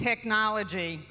technology